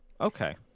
Okay